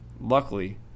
Luckily